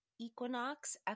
equinox